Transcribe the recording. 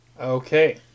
Okay